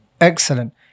Excellent